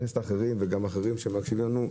כנסת אחרים וגם אחרים שמקשיבים לנו,